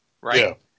right